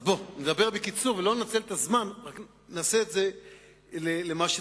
אז בוא, נדבר בקיצור ונעשה את זה למה שצריך.